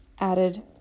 added